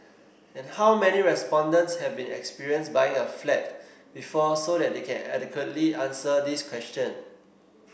and how many respondents have been experience buying a flat before so that they can adequately answer this question